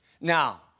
Now